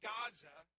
Gaza